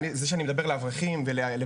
וזה שאני מדבר לאברכים ולבחורים,